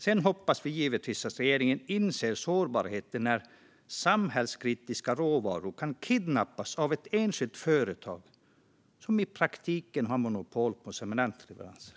Sedan hoppas vi givetvis att regeringen inser sårbarheten när samhällskritiska råvaror kan kidnappas av ett enskilt företag som i praktiken har monopol på cementleveranser.